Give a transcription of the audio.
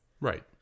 Right